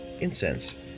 incense